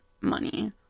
money